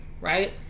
right